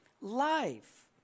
life